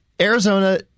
Arizona